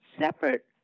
separate